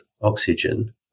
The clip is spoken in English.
oxygen